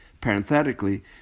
Parenthetically